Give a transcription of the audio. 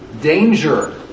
danger